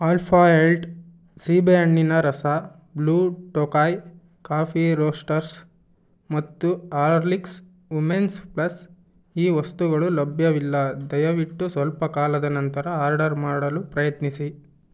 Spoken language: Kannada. ಆಲ್ಫಾ ಎಲ್ಟ್ ಸೀಬೇಹಣ್ಣಿನ ರಸ ಬ್ಲೂ ಟೋಕಾಯ್ ಕಾಫಿ ರೋಸ್ಟರ್ಸ್ ಮತ್ತು ಹಾರ್ಲಿಕ್ಸ್ ಉಮೆನ್ಸ್ ಪ್ಲಸ್ ಈ ವಸ್ತುಗಳು ಲಭ್ಯವಿಲ್ಲ ದಯವಿಟ್ಟು ಸ್ವಲ್ಪ ಕಾಲದ ನಂತರ ಆರ್ಡರ್ ಮಾಡಲು ಪ್ರಯತ್ನಿಸಿ